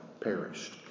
perished